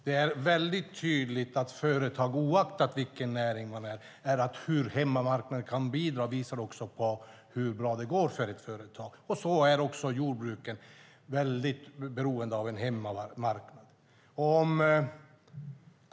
Det är väldigt tydligt när det gäller företag, oavsett vilken näring det är, att hur hemmamarknaden kan bidra också visar på hur bra det går för ett företag. Även jordbruket är väldigt beroende av en hemmamarknad.